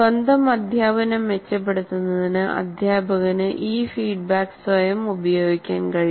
സ്വന്തം അദ്ധ്യാപനം മെച്ചപ്പെടുത്തുന്നതിന് അധ്യാപകന് ഈ ഫീഡ്ബാക്ക് സ്വയം ഉപയോഗിക്കാൻ കഴിയും